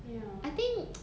ya